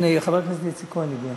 הנה, חבר הכנסת איציק כהן הגיע.